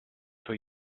for